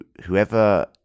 whoever